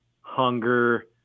hunger